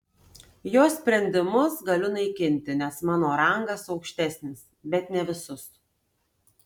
jo sprendimus galiu naikinti nes mano rangas aukštesnis bet ne visus